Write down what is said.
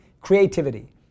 creativity